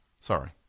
Sorry